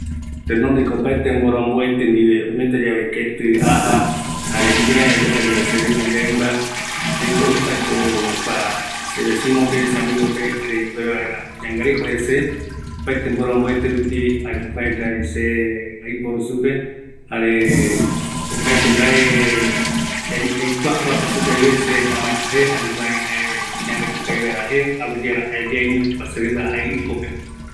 Oime yave ajata ketɨ, jaetako sësëipe, oyangareko vaera se rɨmba yaɨmba re, opaete mboromboerte rupi, ameeta supe omongaru vaera, jare opata mbae amombeu supe kiraïko kua yaɨmbava